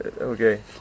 okay